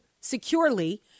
securely